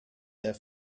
their